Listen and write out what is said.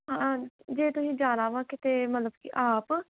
ਹਾਂ ਜੇ ਤੁਸੀਂ ਜਾਣਾ ਵਾ ਕਿਤੇ ਮਤਲਬ ਕਿ ਆਪ